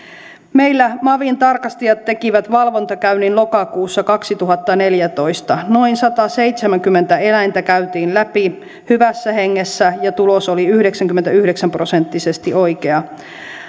meillä mavin tarkastajat tekivät valvontakäynnin lokakuussa kaksituhattaneljätoista noin sataseitsemänkymmentä eläintä käytiin läpi hyvässä hengessä ja tulos oli yhdeksänkymmentäyhdeksän prosenttisesti oikea